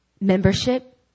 membership